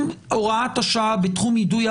בין החצי שנה לתשעה חודשים,